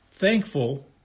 thankful